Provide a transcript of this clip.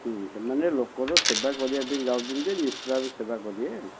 ସେମାନେ ଲୋକର ସେବା କରିବା ପାଇଁ ଯାଉଛନ୍ତି ନିଶ୍ଚିତ ଭାବେ ସେବା କରିବେ